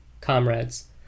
comrades